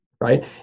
right